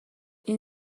این